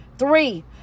Three